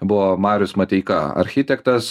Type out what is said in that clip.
buvo marius mateika architektas